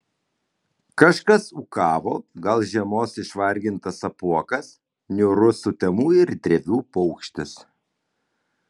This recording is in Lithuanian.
kažkas ūkavo gal žiemos išvargintas apuokas niūrus sutemų ir drevių paukštis